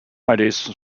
ideas